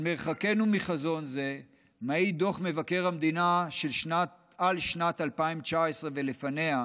על מרחקנו מחזון זה מעיד דוח מבקר המדינה על שנת 2019 ולפניה,